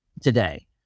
today